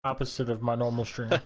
opposite of my normal string.